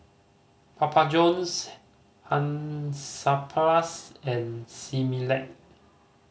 Papa Johns Hansaplast and Similac